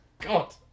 god